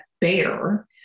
bear